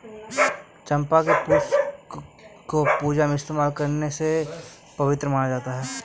चंपा के पुष्पों को पूजा में इस्तेमाल करने से इसे पवित्र माना जाता